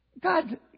God